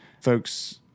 folks